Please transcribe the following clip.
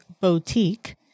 Boutique